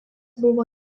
buvo